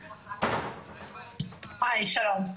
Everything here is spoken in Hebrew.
שלום,